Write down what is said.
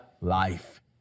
life